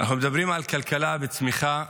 אנחנו מדברים על כלכלה וצמיחה,